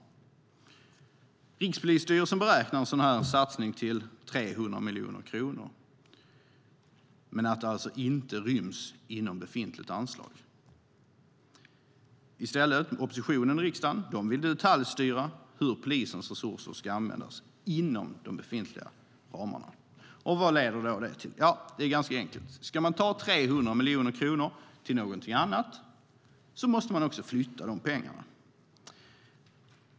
Rikspolisstyrelsen beräknar att en sådan här satsning uppgår till 300 miljoner kronor, och de säger alltså att det inte ryms inom befintligt anslag. Oppositionen i riksdagen vill detaljstyra hur polisens resurser ska användas inom de befintliga ramarna. Vad leder det till? Ja, det är ganska enkelt. Ska man ta 300 miljoner kronor till någonting annat måste man också flytta de pengarna.